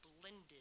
blended